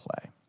play